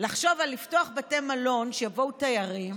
לחשוב על לפתוח בתי מלון שיבואו תיירים